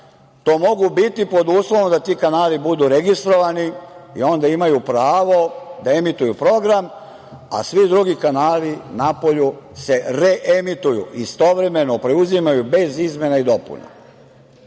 to mogu biti pod uslovom da ti kanali budu registrovani i onda imaju pravo da emituju program, a svi drugi kanali napolju se reemituju, istovremeno preuzimaju bez izmena i dopuna.